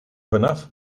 vanaf